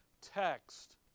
text